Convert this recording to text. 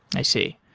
i see.